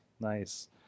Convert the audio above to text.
nice